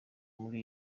muri